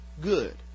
good